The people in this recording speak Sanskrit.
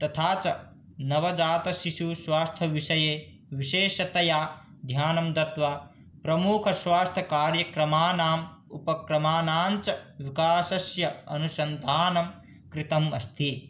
तथा च नवजातशिशुस्वास्थ्यविषये विशेषतया ध्यानं दत्त्वा प्रमुखस्वास्थ्यकार्यक्रमानां उपक्रमानाञ्च विकासस्य अनुसंधानं कृतम् अस्ति